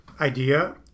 idea